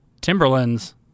Timberlands